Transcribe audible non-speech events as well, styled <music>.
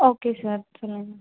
okay sir <unintelligible>